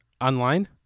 Online